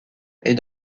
est